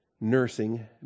Nursing